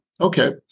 Okay